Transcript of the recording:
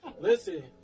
listen